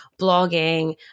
blogging